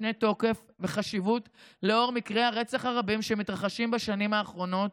משנה תוקף וחשיבות לנוכח מקרי הרצח הרבים שמתרחשים בשנים האחרונות